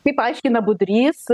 tai paaiškina budrys